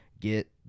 get